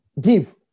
give